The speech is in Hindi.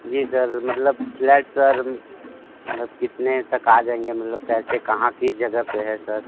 जी सर मतलब फ्लैट सर मतलब कितने तक आ जाएंगे मतलब कैसे कहाँ किस जगह पे है सर